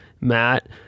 Matt